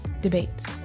debates